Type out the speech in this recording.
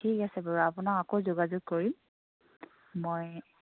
ঠিক আছে বাৰু আপোনাক আকৌ যোগাযোগ কৰিম মই